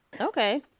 Okay